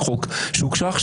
הוועדה.